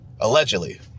Allegedly